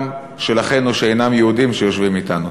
גם של אחינו שאינם יהודים שיושבים אתנו.